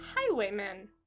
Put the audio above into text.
Highwaymen